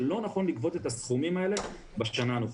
שלא נכון לגבות את הסכומים האלה בשנה הנוכחית.